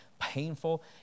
painful